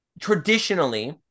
traditionally